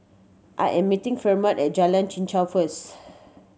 I am meeting Fremont at Jalan Chichau first